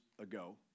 ago